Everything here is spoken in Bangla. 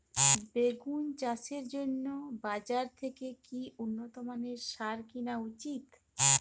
বেগুন চাষের জন্য বাজার থেকে কি উন্নত মানের সার কিনা উচিৎ?